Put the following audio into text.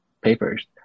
papers